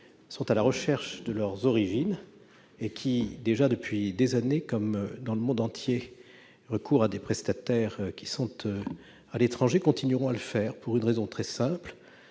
sont à la recherche de leurs origines et qui, déjà depuis des années, comme cela se fait dans le monde entier, recourent à des prestataires qui se trouvent à l'étranger, continueront à le faire, et ce pour une raison très simple